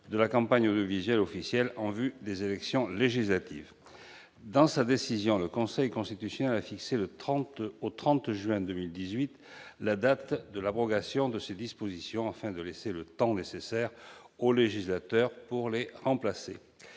de la campagne électorale en vue des élections législatives. Dans sa décision, le Conseil constitutionnel a fixé au 30 juin 2018 la date de l'abrogation de ces dispositions, afin de laisser au législateur le temps de les remplacer.